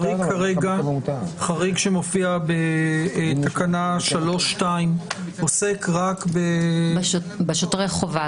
החריג שמופיע בתקנה 3(2) עוסק רק --- בשוטרי חובה,